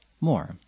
more